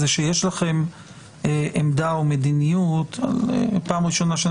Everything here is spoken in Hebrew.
שיש לכם עמדה או מדיניות פעם ראשונה אני